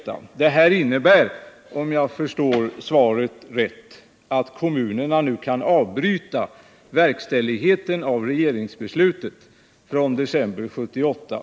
För det första innebär svaret, om jag förstår det rätt, att kommunerna nu kan avbryta verkställigheten av regeringsbeslutet från december 1978.